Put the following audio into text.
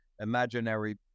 imaginary